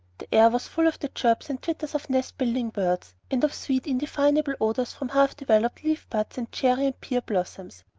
the air was full of the chirps and twitters of nest-building birds, and of sweet indefinable odors from half-developed leaf-buds and cherry and pear blossoms.